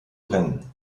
rennen